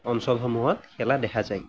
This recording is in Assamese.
অঞ্চলসমূহত খেলা দেখা যায়